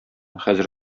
хәзер